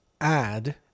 add